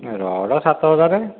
rod ସାତ ହଜାର